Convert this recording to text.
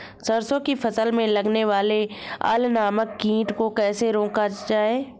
सरसों की फसल में लगने वाले अल नामक कीट को कैसे रोका जाए?